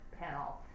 panel